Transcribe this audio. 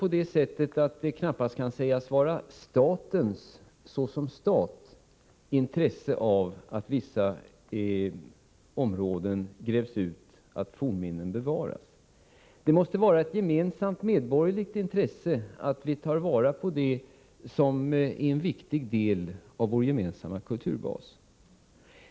Staten, såsom stat betraktad, kan ju knappast ha ett intresse av att vissa områden grävs ut och att fornminnen bevaras. Det måste vara ett allmänt medborgerligt intresse att vi tar vara på det som är en viktig del av vår gemensamma kulturbas.